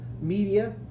media